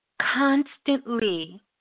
Constantly